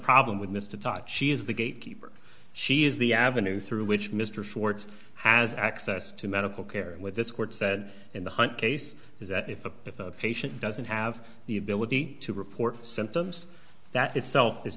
problem with mr toci is the gatekeeper she is the avenue through which mr schwartz has access to medical care and what this court said in the hunt case is that if a if the patient doesn't have the ability to report symptoms that itself is